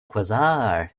quasar